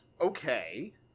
okay